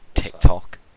TikTok